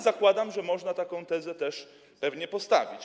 Zakładam, że można taką tezę też pewnie postawić.